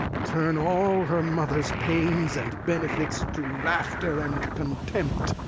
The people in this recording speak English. turn all her mother's pains and benefits to laughter and contempt,